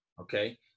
Okay